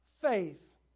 faith